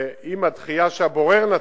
עם הדחייה שהבורר נתן,